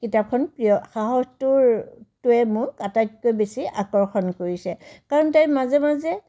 কিতাপখন প্ৰিয় সাহসটোৰ টোৱে মোক আটাইতকৈ বেছি আকৰ্ষণ কৰিছে কাৰণ তাই মাজে মাজে